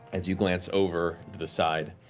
as you glance over to the side,